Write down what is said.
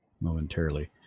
momentarily